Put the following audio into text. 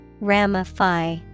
Ramify